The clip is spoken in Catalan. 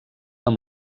amb